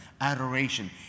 adoration